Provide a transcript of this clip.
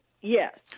Yes